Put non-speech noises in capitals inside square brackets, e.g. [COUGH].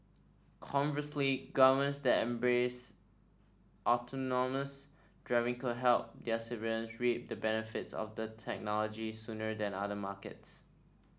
conversely governments that embrace autonomous driving could help their civilians reap the benefits of the technology sooner than other markets [NOISE]